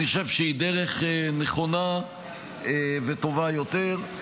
אני חושב שהיא דרך נכונה וטובה יותר.